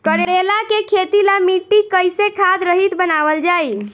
करेला के खेती ला मिट्टी कइसे खाद्य रहित बनावल जाई?